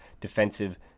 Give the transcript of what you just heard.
defensive